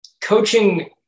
Coaching